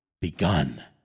begun